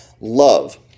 love